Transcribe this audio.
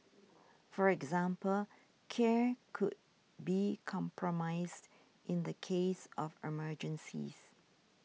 for example care could be compromised in the case of emergencies